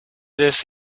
this